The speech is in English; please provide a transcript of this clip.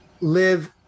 live